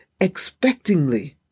expectingly